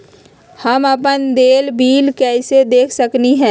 हम अपन देल बिल कैसे देख सकली ह?